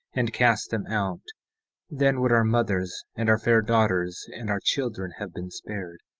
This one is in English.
and cast them out then would our mothers and our fair daughters, and our children have been spared,